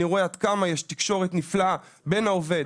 אני רואה עד כמה יש תקשורת נפלאה בין העובד,